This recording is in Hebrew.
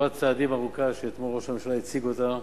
ושורת צעדים ארוכה שאתמול ראש הממשלה הציג אותה.